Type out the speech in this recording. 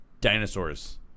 dinosaurs